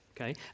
Okay